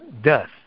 death